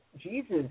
Jesus